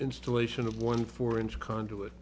installation of one four inch conduit